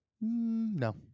No